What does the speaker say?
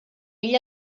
ell